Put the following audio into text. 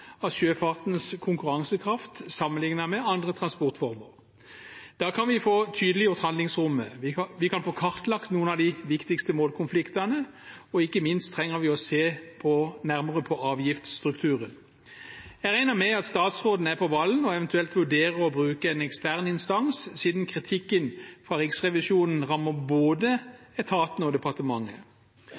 av sjøfartens konkurransekraft sammenlignet med andre transportformer. Da kan vi få tydeliggjort handlingsrommet, vi kan få kartlagt noen av de viktigste målkonfliktene, og ikke minst trenger vi å se nærmere på avgiftsstrukturen. Jeg regner med at statsråden er på ballen og eventuelt vurderer å bruke en ekstern instans, siden kritikken fra Riksrevisjonen rammer både etaten og departementet.